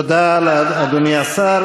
תודה לאדוני השר.